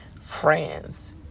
friends